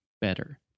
better